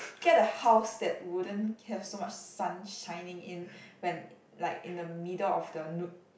get a house that wouldn't have so much sun shining in when like in the middle of the no~